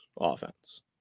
offense